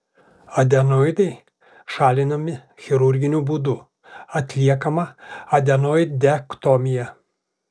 adenoidai šalinami chirurginiu būdu atliekama adenoidektomija